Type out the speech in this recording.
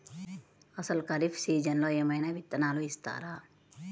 అసలు ఖరీఫ్ సీజన్లో ఏమయినా విత్తనాలు ఇస్తారా?